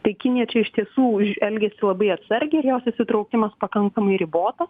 tai kinija čia iš tiesų elgiasi labai atsargiai ir jos įsitraukimas pakankamai ribotas